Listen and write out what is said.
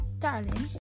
darling